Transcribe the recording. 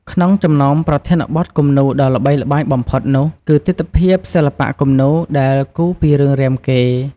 ក្នុងចំណោមប្រធានបទគំនូរដ៏ល្បីល្បាញបំផុតនោះ គឺទិដ្ឋភាពសិល្បៈគំនូរដែលគូរពីរឿងរាមកេរ្តិ៍។